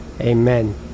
Amen